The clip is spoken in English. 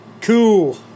Cool